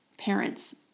parents